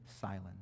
silence